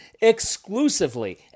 exclusively